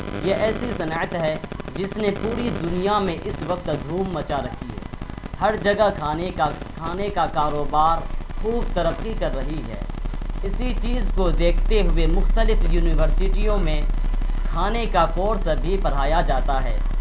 یہ ایسی صنعت ہے جس نے پوری دنیا میں اس وقت دھوم مچا رکھی ہے ہر جگہ کھانے کا کھانے کا کاروبار خوب ترقی کر رہی ہے اسی چیز کو دیکھتے ہوئے مختلف یونیورسٹیوں میں کھانے کا کورس بھی پڑھایا جاتا ہے